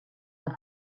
amb